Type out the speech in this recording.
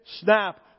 snap